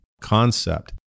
concept